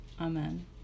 Amen